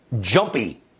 jumpy